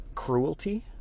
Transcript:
Cruelty